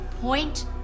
point